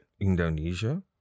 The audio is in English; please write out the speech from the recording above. Indonesia